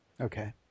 Okay